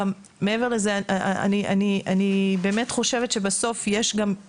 מעבר לזה אני באמת חושבת שבסוף גם